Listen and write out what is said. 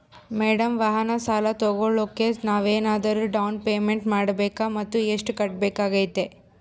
Madam ವಾಹನ ಸಾಲ ತೋಗೊಳೋಕೆ ನಾವೇನಾದರೂ ಡೌನ್ ಪೇಮೆಂಟ್ ಮಾಡಬೇಕಾ ಮತ್ತು ಎಷ್ಟು ಕಟ್ಬೇಕಾಗ್ತೈತೆ?